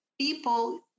people